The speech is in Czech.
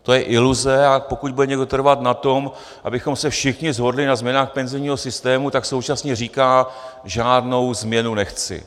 To je iluze, a pokud bude někdo trvat na tom, abychom se všichni shodli na změnách penzijního systému, tak současně říká: žádnou změnu nechci.